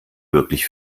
wirklich